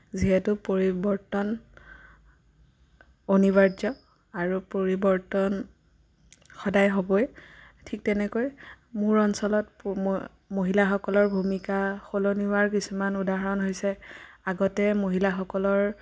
যিহেতু পৰিৱৰ্তন অনিবাৰ্য আৰু পৰিৱৰ্তন সদায় হ'বই ঠিক তেনেকৈ মোৰ অঞ্চলৰ মহিলাসকলৰ ভূমিকা সলনি হোৱাৰ কিছুমান উদাহৰণ হৈছে আগতে মহিলাসকলৰ